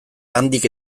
handik